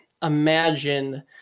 imagine